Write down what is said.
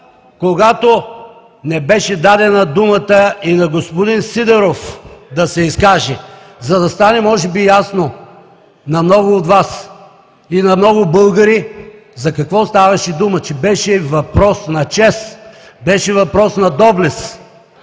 когато не беше дадена думата на господин Сидеров да се изкаже, за да стане може би ясно на много от Вас и на много българи за какво ставаше дума – че беше въпрос на чест, беше въпрос на доблест.